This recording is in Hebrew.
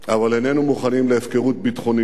אבל איננו מוכנים להפקרות ביטחונית.